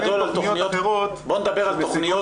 --- תכניות אחרות --- בוא נדבר בגדול על תכניות